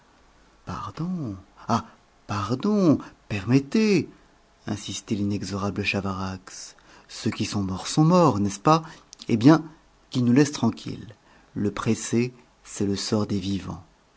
pardon ah pardon permettez insistait l'inexorable chavarax ceux qui sont morts sont morts n'est-ce pas eh bien qu'ils nous laissent tranquilles le pressé c'est le sort des vivants